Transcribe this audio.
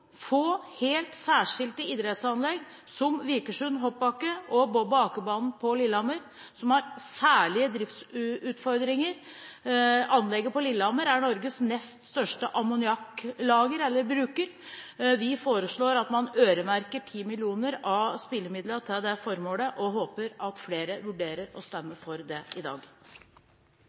få helt særskilte idrettsanlegg, som Vikersundbakken og bob- og akebanen på Lillehammer, som har særlige driftsutfordringer. Anlegget på Lillehammer er Norges nest største ammoniakkbruker. Vi foreslår at man øremerker 10 mill. kr av spillemidlene til det formålet, og håper at flere vurderer å stemme for dette i dag.